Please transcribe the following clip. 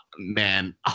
Man